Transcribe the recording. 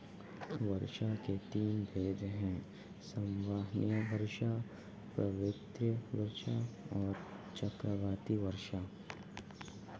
वर्षा के तीन भेद हैं संवहनीय वर्षा, पर्वतकृत वर्षा और चक्रवाती वर्षा